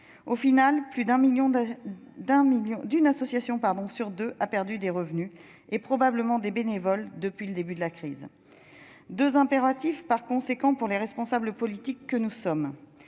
... Finalement, plus d'une association sur deux a perdu des revenus, et probablement des bénévoles, depuis le début de la crise. Deux impératifs s'imposent par conséquent aux responsables politiques que nous sommes